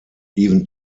even